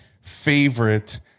favorite